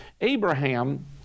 Abraham